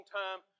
time